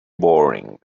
boring